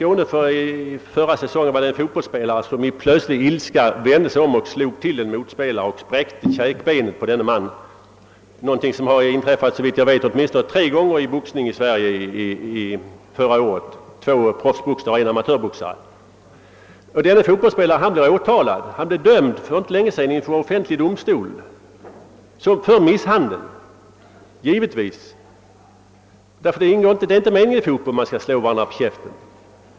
Förra säsongen var det en fotbollsspelare nere i Skåne, som i plötslig ilska vände sig om och slog till en motspelare så att dennes käkben spräcktes. Såvitt jag vet inträffade samma sak åtminstone tre gånger här i landet förra året under boxningsmatcher. Då var det två professionella boxare och en amatör som skadades på det sättet. Men denne fotbollsspelare blev självklart åtalad och dömd för misshandel av offentlig domstol. Det är som bekant inte meningen att man skall slå varandra på käften, när man spelar fotboll.